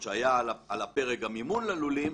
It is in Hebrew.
עת היה על הפרק המימון ללולים,